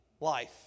life